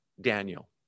Daniel